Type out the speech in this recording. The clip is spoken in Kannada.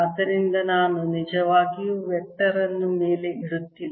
ಆದ್ದರಿಂದ ನಾನು ನಿಜವಾಗಿಯೂ ವೆಕ್ಟರ್ ಅನ್ನು ಮೇಲೆ ಇಡುತ್ತಿಲ್ಲ